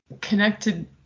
connected